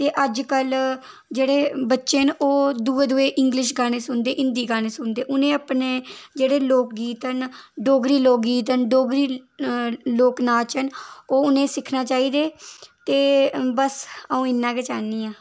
ते अजकल जेह्ड़े बच्चे न ओह् दूए दूए इंग्लिश गाने सुनदे हिंदी गाने सुनदे उ'नेंई अपने जेह्ड़े लोक गीत न डोगरी लोक गीत न डोगरी लोक नाच न ओह् उ'नेंई सिखना चाहिदे ते बस अ'ऊं इ'न्ना गै चाह्न्नी आं